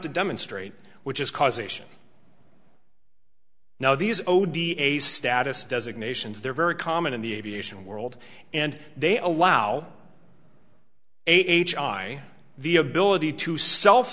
to demonstrate which is causation now these oh da status designations they're very common in the aviation world and they allow a h i v ability to self